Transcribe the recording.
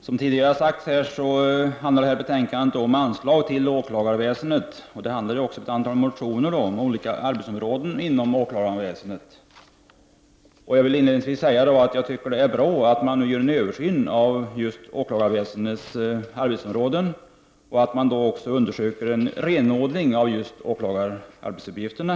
Herr talman! Som tidigare sagts handlar detta betänkande om anslag till åklagarväsendet. Det har väckts ett antal motioner beträffande olika arbetsområden inom åklagarväsendet. Jag vill inledningsvis säga att jag tycker att det är bra att man nu skall göra en översyn av åklagarväsendets arbetsområden och att man också skall försöka renodla åklagarnas arbetsuppgifter.